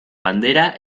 bandera